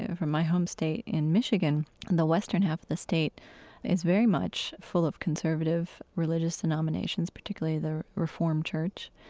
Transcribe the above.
ah from my home state in michigan and the western half of the state is very much full of conservative religious denominations, particularly the reform church.